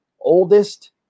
oldest